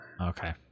Okay